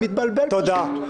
תודה.